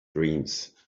dreams